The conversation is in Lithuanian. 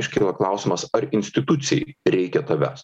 iškyla klausimas ar institucijai reikia tavęs